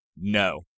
no